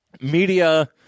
media